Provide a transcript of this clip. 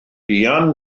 buan